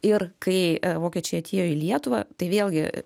ir kai vokiečiai atėjo į lietuvą tai vėlgi